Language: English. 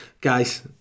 Guys